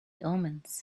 omens